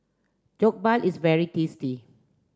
jokbal is very tasty